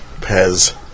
Pez